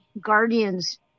guardians